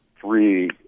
three